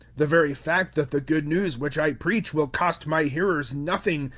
the very fact that the good news which i preach will cost my hearers nothing,